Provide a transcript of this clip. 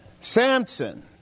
Samson